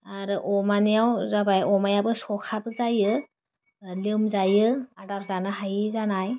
आरो अमानियाव जाबाय अमायाबो सखाबो जायो लोमजायो आदार जानो हायै जानाय